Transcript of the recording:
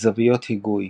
זווית היגוי